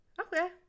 okay